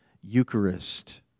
Eucharist